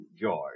George